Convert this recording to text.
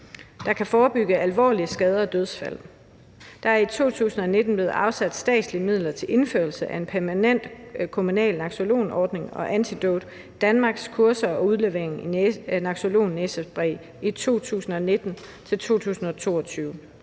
der kan forebygge alvorlige skader og dødsfald, – at der i 2019 blev afsat statslige midler til indførelsen af en permanent kommunal naloxonordning og Antidote Danmarks kurser og udlevering af naloxonnæsespray i 2019-2022,